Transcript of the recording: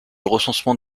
recensement